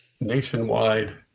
nationwide